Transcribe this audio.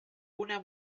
una